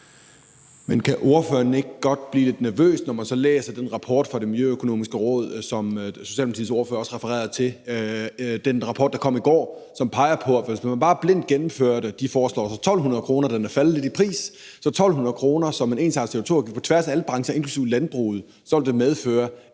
Men kan ordføreren ikke godt blive lidt nervøs, når man læser den rapport fra Det Miljøøkonomiske Råd, som Socialdemokratiets ordfører også refererede til, altså den rapport, der kom i går, som peger på, at hvis man bare blindt gennemfører de 1.200 kr. – de foreslår så 1.200 kr.; den er faldet lidt i pris – som en ensartet CO2-afgift på tværs af alle brancher, inklusive landbruget, så vil det medføre,